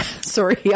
Sorry